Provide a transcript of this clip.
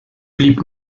blieb